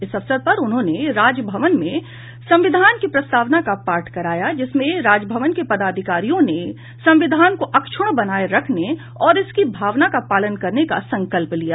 इस अवसर पर उन्होंने राजभवन में संविधान की प्रस्तावना का पाठ कराया जिसमें राजभवन के पदाधिकारियों ने संविधान को अक्षुण्ण बनाये रखने और इसकी भावना का पालन करने का संकल्प लिया